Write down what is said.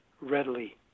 readily